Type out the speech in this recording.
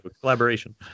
collaboration